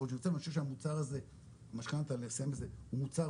אני חושב שהמוצר הזה משכנתא הוא מוצר